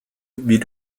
wie